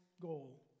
goal